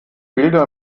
bilder